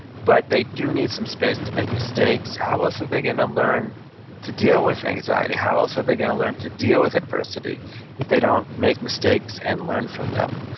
but they do need some space to make mistakes. how else are they gonna learn to deal with anxiety? how else are they gonna learn to deal with adversity if they don't make mistakes and learn from them?